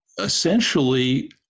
essentially